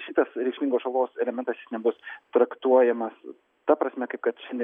šitas reikšmingos žalos elementas jis nebus traktuojamas ta prasme kaip kad šiandien